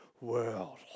world